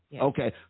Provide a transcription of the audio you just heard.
Okay